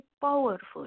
powerful